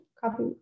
Copy